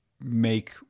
make